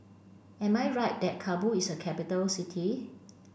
am I right that Kabul is a capital city